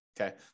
Okay